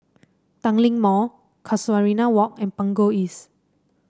Tanglin Mall Casuarina Walk and Punggol East